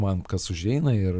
man kas užeina ir